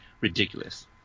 ridiculous